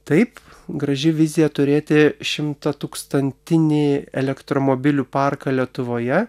taip graži vizija turėti šimtatūkstantinį elektromobilių parką lietuvoje